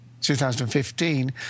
2015